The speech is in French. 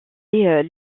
est